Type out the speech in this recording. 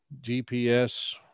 GPS